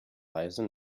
weise